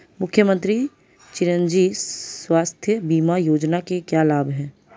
मुख्यमंत्री चिरंजी स्वास्थ्य बीमा योजना के क्या लाभ हैं?